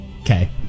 Okay